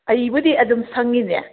ꯑꯩꯕꯨꯗꯤ ꯑꯗꯨꯝ ꯁꯪꯉꯤꯅꯦ